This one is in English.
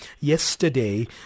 yesterday